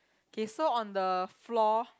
okay so on the floor